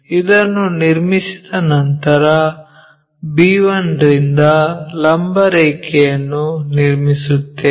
ಇದನ್ನು ನಿರ್ಮಿಸಿದ ನಂತರ b1 ರಿಂದ ಲಂಬ ರೇಖೆಯನ್ನು ನಿರ್ಮಿಸುತ್ತೇವೆ